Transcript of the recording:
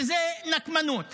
שזו נקמנות.